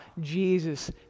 Jesus